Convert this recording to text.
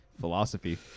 Philosophy